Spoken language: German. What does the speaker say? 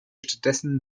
stattdessen